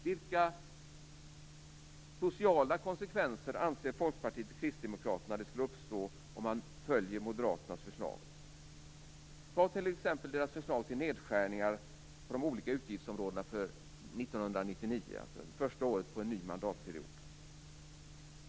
Vilka sociala konsekvenser anser Folkpartiet och Kristdemokraterna skulle uppstå om man följer Moderaternas förslag? Ett exempel är Moderaternas förslag till nedskärningar på de olika utgiftsområdena för 1999; det är alltså det första året på en ny mandatperiod.